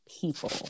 people